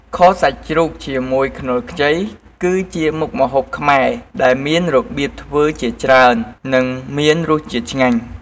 ខសាច់ជ្រូកជាមួយខ្នុរខ្ចីគឺជាមុខម្ហូបខ្មែរ ដែលមានរបៀបធ្វើជាច្រើន និងមានរសជាតិឆ្ងាញ់។